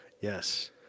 Yes